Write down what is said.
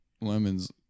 lemons